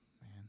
man